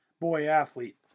boy-athlete